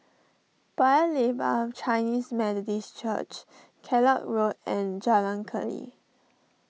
Paya Lebar Chinese Methodist Church Kellock Road and Jalan Keli